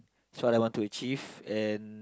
is what I want to achieve and